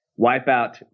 wipeout